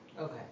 Okay